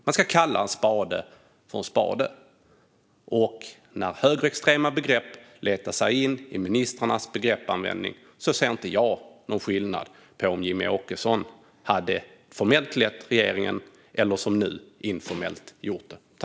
Man ska kalla en spade en spade, och när högerextrema begrepp letar sig in i ministrarnas begreppsanvändning ser jag ingen skillnad på om Jimmie Åkesson hade lett regeringen formellt eller, som nu, informellt.